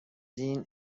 این